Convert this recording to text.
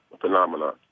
phenomenon